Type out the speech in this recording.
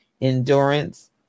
endurance